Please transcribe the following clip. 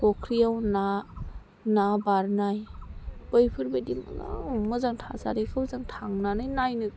फुख्रियाव ना ना बारनाय बैफोरबायदि मोजां थासारिखौ जों थांनानै नायनो